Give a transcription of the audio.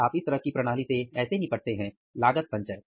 हम इस तरह की प्रणाली से ऐसे निपटते हैं लागत संचय